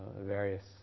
various